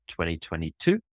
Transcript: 2022